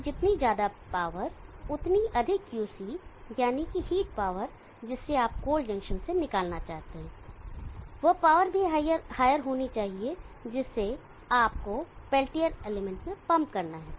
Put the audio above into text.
तो जितनी ज्यादा पावर उतनी अधिक QC यानी कि हीट पावर जिसे आप कोल्ड जंक्शन से निकालना चाहते हैं वह पावर भी हायर होनी चाहिए जिसे आप को पेल्टियर एलिमेंट में पंप करना है